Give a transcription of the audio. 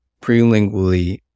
prelingually